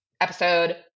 episode